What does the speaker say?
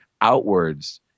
outwards